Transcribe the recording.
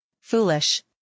foolish